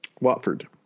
Watford